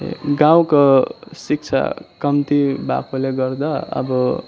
गाउँको शिक्षा कम्ती भएकोले गर्दा अब